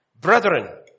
Brethren